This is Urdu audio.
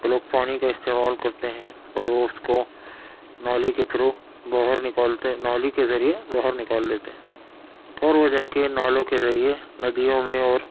وہ لوگ پانی کا استعمال کرتے ہیں اور وہ اس کو نالی کے تھرو باہر نکالتے نالی کے ذریعے باہر نکال لیتے ہیں اور وہ جا کے نالوں کے ذریعے ندیوں میں اور